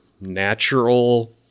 natural